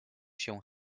się